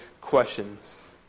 questions